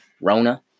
Rona